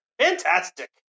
Fantastic